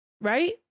right